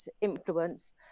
influence